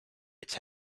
its